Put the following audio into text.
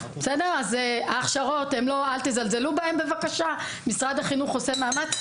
אל תזלזלו בהכשרות בבקשה, משרד החינוך עושה מאמץ.